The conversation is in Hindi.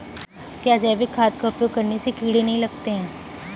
क्या जैविक खाद का उपयोग करने से कीड़े नहीं लगते हैं?